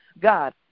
God